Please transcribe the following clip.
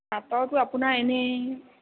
পাটৰবোৰ আপোনাৰ এনেই